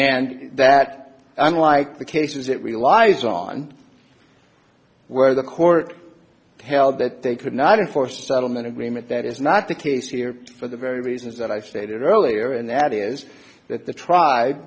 and that unlike the cases it relies on where the court held that they could not enforce a settlement agreement that is not the case here for the very reasons that i stated earlier and that is that the tr